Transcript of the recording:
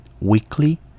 weekly